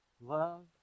Love